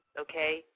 okay